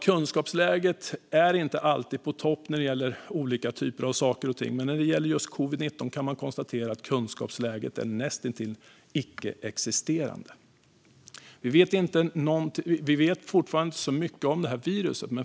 Kunskapsläget är inte alltid på topp när det gäller olika saker, men när det gäller just covid-19 kan man konstatera att det är näst intill icke-existerande. Vi vet fortfarande inte så mycket om detta virus.